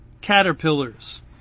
caterpillars